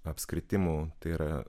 apskritimų tai yra